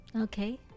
Okay